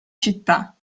città